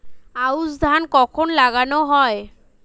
আউশ ধান কখন লাগানো হয়?